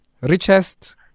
richest